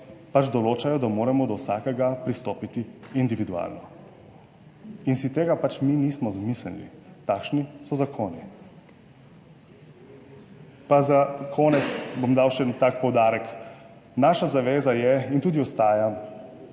določajo, da moramo do vsakega pristopiti individualno in si tega mi nismo izmislili, takšni so zakoni. Pa za konec bom dal še en tak poudarek. Naša zaveza je in tudi ostaja,